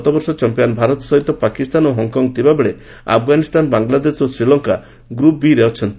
group ଏ'ରେ ଗତବର୍ଷ champion Bharat ସହିତ ପାକିସ୍ତାନ ଓ ହଂକଂ ଥିବାବେଳେ ଆଫଗାନିସ୍ତାନ ବାଂଲାଦେଶ ଓ ଶ୍ରୀଲଙ୍କା ଗ୍ରପ୍ ବି'ରେ ଅଛନ୍ତି